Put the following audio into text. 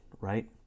right